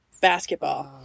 basketball